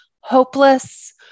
hopeless